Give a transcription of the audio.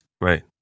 right